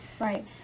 right